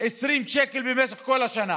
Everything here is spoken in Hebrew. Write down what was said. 20 שקל במשך כל השנה.